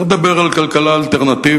צריך לדבר על כלכלה אלטרנטיבית.